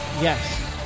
Yes